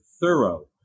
thorough